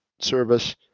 service